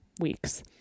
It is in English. weeks